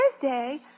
Thursday